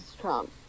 Trump